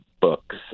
books